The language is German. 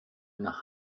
nach